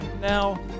Now